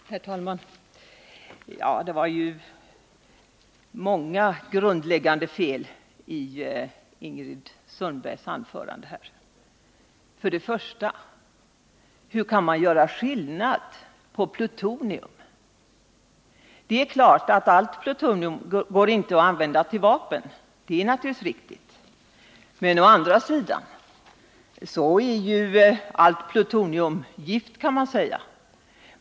Herr talman! Det var många grundläggande fel i Ingrid Sundbergs anförande. Till att börja med: Hur kan man göra skillnad på olika slag av plutonium? Det är klart att allt plutonium inte går att använda till vapen. Det är naturligtvis riktigt. Men å andra sidan kan man säga att allt plutonium är gift.